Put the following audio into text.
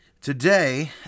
Today